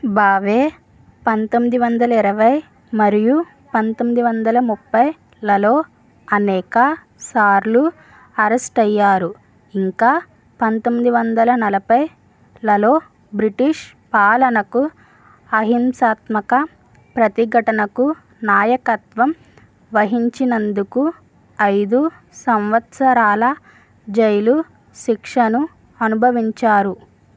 భావే పంతొమ్మిది వందల ఇరవై మరియు పంతొమ్మిది వందల ముప్పై లలో అనేక సార్లు అరెస్టయ్యారు ఇంకా పంతొమ్మిది వందల నలభై లలో బ్రిటిష్ పాలనకు అహింసాత్మక ప్రతిఘటనకు నాయకత్వం వహించినందుకు ఐదు సంవత్సరాల జైలు శిక్షను అనుభవించారు